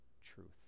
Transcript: truth